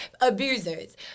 abusers